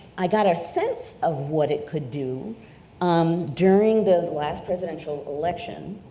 i got a sense of what it could do um during the last presidential election.